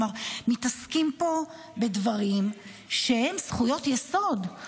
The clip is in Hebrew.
מתעסקים פה בדברים שהם זכויות יסוד,